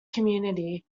community